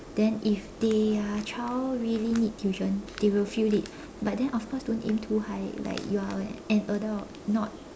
then if their child really need tuition they will feel it but then of course don't aim too high like you are an adult not